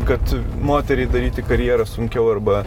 kad moteriai daryti karjerą sunkiau arba